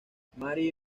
mary